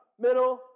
middle